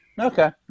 Okay